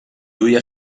duia